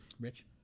Rich